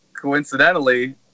coincidentally